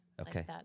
Okay